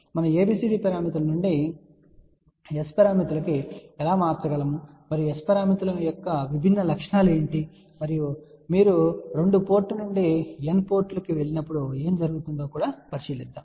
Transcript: మనము ABCD పారామితుల నుండి S పారామితులకు ఎలా మార్చగలము మరియు S పారామితుల యొక్క విభిన్న లక్షణాలు ఏమిటి మరియు మీరు 2 పోర్ట్ నుండి n పోర్టులకు వెళ్ళినప్పుడు ఏమి జరుగుతుందో కూడా పరిశీలిస్తాము